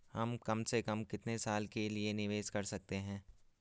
हम कम से कम कितने साल के लिए निवेश कर सकते हैं?